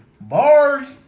Bars